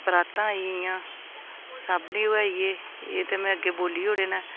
परातां आई गेइयां छाबड़ी ओह् आई गे एह् ते में अग्गें बोली ओड़े न